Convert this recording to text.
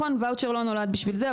וואוצ'ר לא נולד בשביל זה,